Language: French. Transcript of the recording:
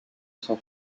son